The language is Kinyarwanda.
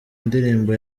indirimbo